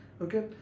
okay